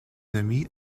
demie